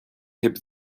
heb